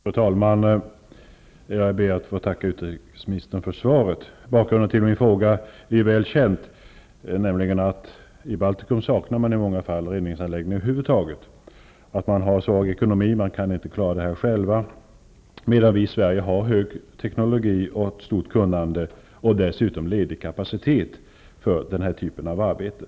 Fru talman! Jag ber att få tacka utrikesministern för svaret. Bakgrunden till min fråga är ju väl känd, nämligen att i Baltikum saknar man i många fall reningsanläggningar över huvud taget. Man har en svag ekonomi och kan inte själv klara problemen, medan vi i Sverige har en högstående teknologi och ett stort kunnande samt dessutom ledig kapacitet för den här typen av arbete.